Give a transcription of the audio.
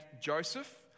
Joseph